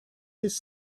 his